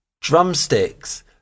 drumsticks